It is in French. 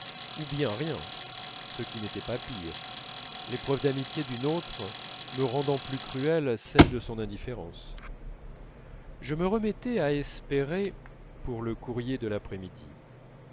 ou bien rien ce qui n'était pas pire les preuves d'amitié d'une autre me rendant plus cruelles celles de son indifférence je me remettais à espérer pour le courrier de l'après-midi